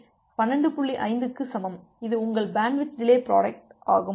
5 க்கு சமம் இது உங்கள் பேண்ட்வித் டிலே புரோடக்ட் ஆகும்